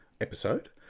episode